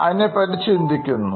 അതിനെപ്പറ്റി ചിന്തിക്കുന്നു